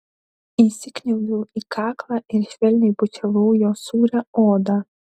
įsikniaubiau į kaklą ir švelniai bučiavau jo sūrią odą